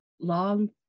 long